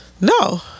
No